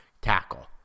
tackle